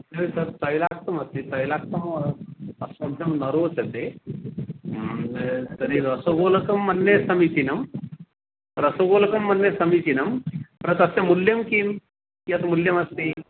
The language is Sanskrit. तर्हि तत् तैलयुक्तमस्ति तैलयुक्तम् अस्मभ्यं न रोचते तर्हि रसगोलकं मन्ये समीचीनं रसगोलकं मन्ये समीचीनं पर तस्य मूल्यं किं कियत् मूल्यमस्ति